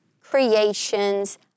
creations